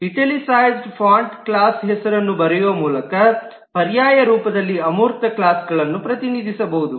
italicised ಫಾಂಟ್ನಲ್ಲಿ class ಹೆಸರನ್ನು ಬರೆಯುವ ಮೂಲಕ ಪರ್ಯಾಯ ರೂಪದಲ್ಲಿ ಅಮೂರ್ತ ಕ್ಲಾಸ್ಗಳನ್ನು ಪ್ರತಿನಿಧಿಸಬಹುದು